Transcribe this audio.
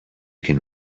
can